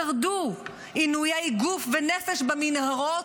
שרדו עינויי גוף ונפש במנהרות,